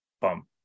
bump